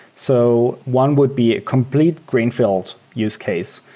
so one would be a complete greenfield use case.